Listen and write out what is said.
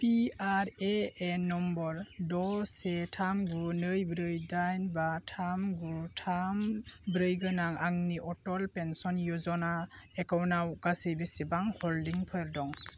P R A N number द' से थाम गु नै ब्रै दाइन बा थाम गु थाम ब्रै गोनां आंनि अटल पेन्सन य'जना एकाउन्टआव गासै बेसेबां हल्डिंफोर दं